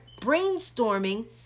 brainstorming